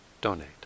donate